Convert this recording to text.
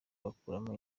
bakuramo